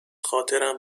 خاطرم